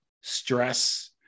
stress